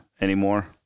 anymore